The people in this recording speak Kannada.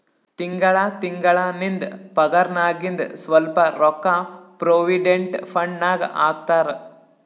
ತಿಂಗಳಾ ತಿಂಗಳಾ ನಿಂದ್ ಪಗಾರ್ನಾಗಿಂದ್ ಸ್ವಲ್ಪ ರೊಕ್ಕಾ ಪ್ರೊವಿಡೆಂಟ್ ಫಂಡ್ ನಾಗ್ ಹಾಕ್ತಾರ್